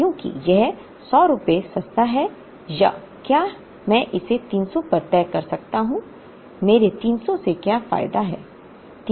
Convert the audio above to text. क्योंकि यह 100 रुपये सस्ता है या क्या मैं इसे 300 पर तय करता हूं मेरे 300 से क्या फायदा है